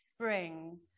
Spring